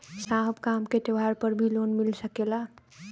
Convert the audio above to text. साहब का हमके त्योहार पर भी लों मिल सकेला?